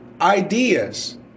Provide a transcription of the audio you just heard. ideas